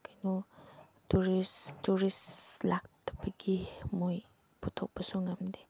ꯀꯩꯅꯣ tourist tourist ꯂꯥꯛꯇꯕꯒꯤ ꯃꯣꯏ ꯄꯨꯊꯣꯛꯄꯁꯨ ꯉꯝꯗꯦ